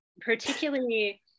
particularly